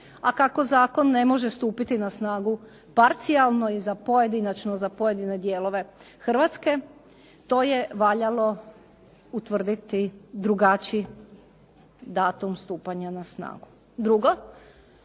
a kako zakon ne može stupiti na snagu parcijalno i pojedinačno za pojedine dijelove Hrvatske, to je valjalo utvrditi drugačiji datum stupanja na snagu. Drugo,